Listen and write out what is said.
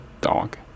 dog